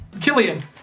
Killian